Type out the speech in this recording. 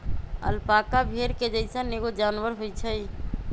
alpaca भेड़ के जइसन एगो जानवर होई छई